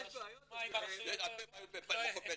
יש הרבה בעיות במכון בן-צבי.